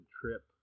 trip